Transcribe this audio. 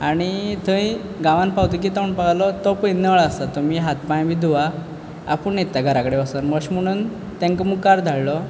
आनी थंय गांवान पावतगीर तो म्हणपा लागलो तो पय नळ आसा तुमी हात पांय बीन धुवा आपूण येता घरा कडेन वोसोन अशें म्हणोन तेंकां मुखार धाडलो